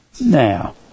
now